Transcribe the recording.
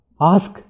ask